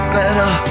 better